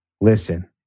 listen